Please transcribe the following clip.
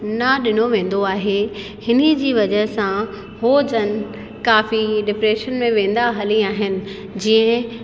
न ॾिनो वेंदो आहे हिनी जी वजह सां हू जन काफ़ी डिप्रेशन में वेंदा हली आहिनि जीअं